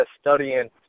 studying